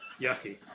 yucky